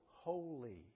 holy